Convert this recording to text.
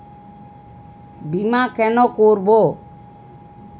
বিমা কেন করব?